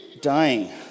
dying